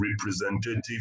representative